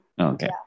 Okay